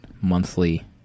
monthly